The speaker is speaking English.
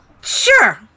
Sure